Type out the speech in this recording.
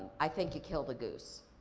i think you kill the goose.